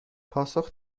پاسخ